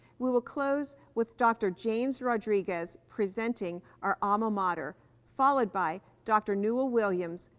we will close with dr. james rodriguez presenting our alma mater followed by dr. newell williams,